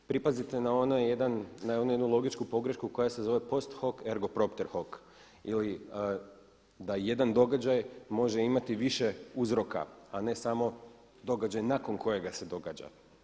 Pripazite na onaj jedan, na onu jednu logičnu pogrešku koja se zove post hoc ergo propter hoc ili da jedan događaj može imati više uzroka a ne samo događaj nakon kojega se događa.